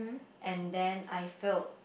and then I feel